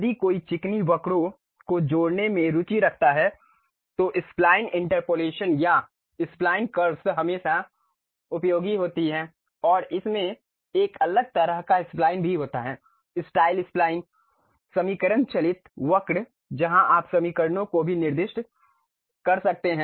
यदि कोई चिकनी वक्रों को जोड़ने में रुचि रखता है तो स्पलाइन इंटरपोलेशन या स्पलाइन कर्व्स हमेशा उपयोगी होते हैं और इसमें एक अलग तरह का स्पलाइन भी होता है स्टाइल स्पलाइन समीकरण चालित वक्र जहां आप समीकरणों को भी निर्दिष्ट कर सकते हैं